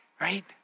right